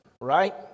right